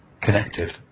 connected